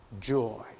joy